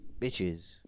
bitches